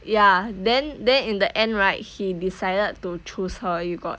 ya then then in the end right he decided to choose her you got